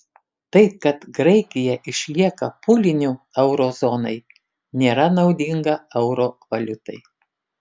tai kad graikija išlieka pūliniu euro zonai nėra naudinga euro valiutai